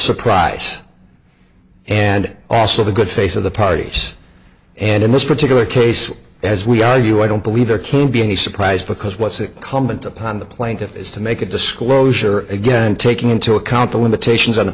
surprise and also the good face of the parties and in this particular case as we are you i don't believe there can be any surprise because what's a comment upon the plaintiff is to make a disclosure again taking into account the limitations on